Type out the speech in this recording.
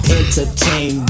entertain